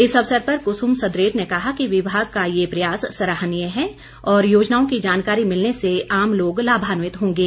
इस अवसर पर कुसुम सदरेट ने कहा कि विभाग का ये प्रयास सराहनीय है और योजनाओं की जानकारी मिलने से आम लोग लाभान्वित होंगे